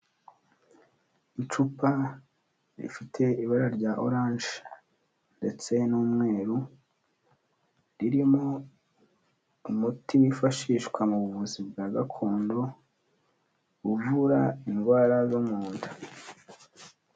Icupa rifite ibara rya oranje ndetse n'umweru, ririmo umuti wifashishwa mu buvuzi bwa gakondo, uvura indwara zo mu nda.